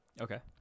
Okay